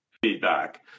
feedback